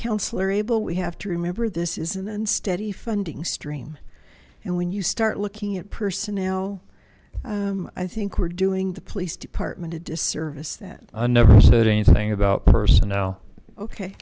councillor abel we have to remember this is an unsteady funding stream and when you start looking at personnel i think we're doing the police department a disservice that i never said anything about personnel ok